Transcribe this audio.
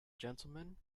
gentleman